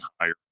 higher